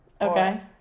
Okay